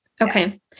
Okay